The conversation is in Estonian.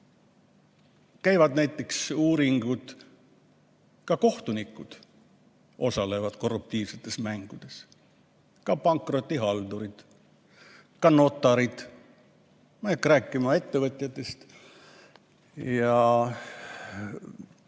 Käivad näiteks uuringud, et ka kohtunikud osalevad korruptiivsetes mängudes, ka pankrotihaldurid, ka notarid. Ma ei hakka rääkima ettevõtjatest ja